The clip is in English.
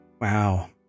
Wow